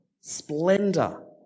splendor